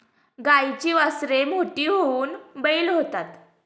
गाईची वासरे मोठी होऊन बैल होतात